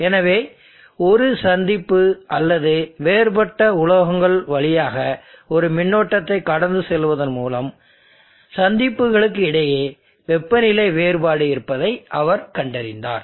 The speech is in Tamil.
எனவே ஒரு சந்திப்பு அல்லது வேறுபட்ட உலோகங்கள் வழியாக ஒரு மின்னோட்டத்தை கடந்து செல்வதன் மூலம் சந்திப்புகளுக்கு இடையே வெப்பநிலை வேறுபாடு இருப்பதை அவர் கண்டறிந்தார்